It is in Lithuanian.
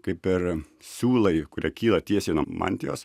kaip ir siūlai kurie kyla tiesiai nuo mantijos